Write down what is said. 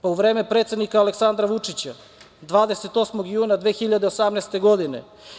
Pa, u vreme predsednika Aleksandra Vučića, 28. juna 2018. godine.